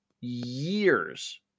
years